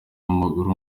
w’amaguru